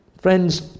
Friends